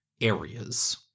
areas